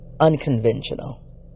unconventional